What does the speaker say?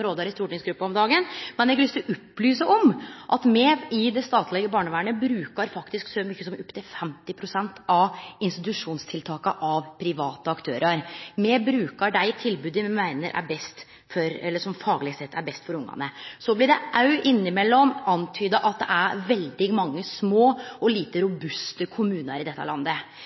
rår i stortingsgruppa om dagen, men eg har lyst til å opplyse om at me i det statlege barnevernet faktisk bruker så mykje som opptil 50 pst. private aktørar i samband med institusjonstiltaka. Me brukar dei tilboda me meiner fagleg sett er best for ungane. Så blir det òg innimellom antyda at det er veldig mange små og lite robuste kommunar i dette landet.